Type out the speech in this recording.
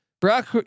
Brock